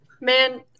Man